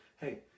hey